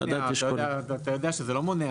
לא מונע.